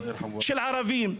של ערבים,